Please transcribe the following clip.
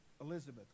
Elizabeth